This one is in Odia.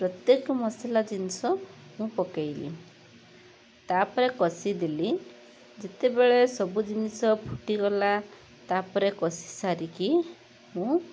ପ୍ରତ୍ୟେକ ମସଲା ଜିନିଷ ମୁଁ ପକାଇଲି ତାପରେ କଷି ଦେଲି ଯେତେବେଳେ ସବୁ ଜିନିଷ ଫୁଟି ଗଲା ତାପରେ କଷି ସାରିକି ମୁଁ